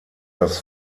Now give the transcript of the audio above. das